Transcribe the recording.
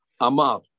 Amar